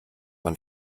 man